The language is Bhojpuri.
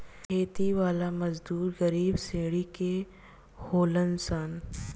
खेती वाला मजदूर गरीब श्रेणी के होलन सन